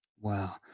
wow